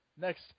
next